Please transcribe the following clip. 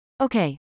Okay